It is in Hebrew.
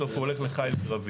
בסוף הוא הולך לחיל קרבי.